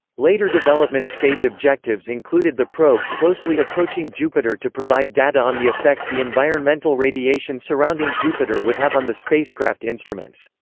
later development-stage objectives included the probe closely approaching jupiter to provide data on the effect the environmental radiation surrounding jupiter would have on the spacecraft instruments.